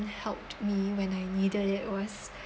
helped me when I needed it was